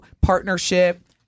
partnership